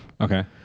Okay